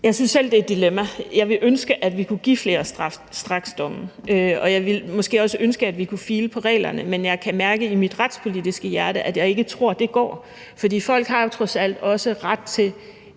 Jeg synes selv, det er et dilemma. Jeg ville ønske, at vi kunne give flere straksdomme, og jeg ville måske også ønske, at vi kunne file på reglerne, men jeg kan mærke i mit retspolitiske hjerte, at jeg ikke tror, det går. For folk har jo trods alt også ret til